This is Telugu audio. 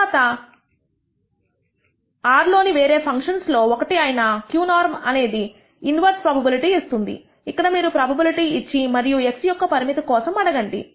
తరువాత R లోని వేరే ఫంక్షన్స్ లోని ఒకటి అయిన qnorm అనేది ఇన్వర్స్ ప్రోబబిలిటీ ఇస్తుంది ఇక్కడ మీరు ప్రోబబిలిటీ ఇచ్చి మరియు X యొక్క పరిమితి కోసం అడగండి